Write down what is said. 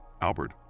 Albert